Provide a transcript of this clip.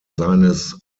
seines